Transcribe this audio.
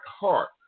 heart